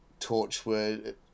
Torchwood